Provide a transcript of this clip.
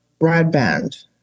broadband